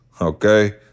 okay